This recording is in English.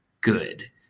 good